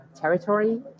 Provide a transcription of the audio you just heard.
territory